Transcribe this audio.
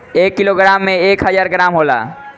एक किलोग्राम में एक हजार ग्राम होला